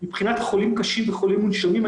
מבחינת חולים קשים וחולים מונשמים,